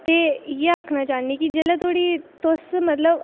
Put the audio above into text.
ते इ'यै आखना चाह्न्नी कि जेल्लै धोड़ी तुस मतलब